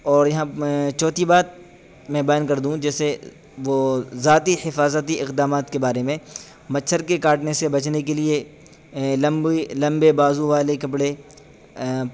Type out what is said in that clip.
اور یہاں چوتھی بات میں بیان کر دوں جیسے وہ ذاتی حفاظتی اقدامات کے بارے میں مچھر کے کاٹنے سے بچنے کے لیے لمبی لمبے بازو والے کپڑے